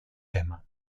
tema